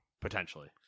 potentially